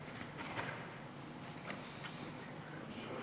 שלוש